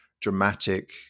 dramatic